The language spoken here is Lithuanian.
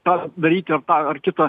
tą daryti tą ar kitą